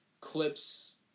clips